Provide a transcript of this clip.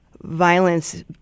violence